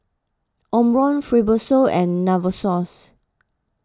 Omron Fibrosol and Novosource